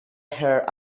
her